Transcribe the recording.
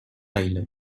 island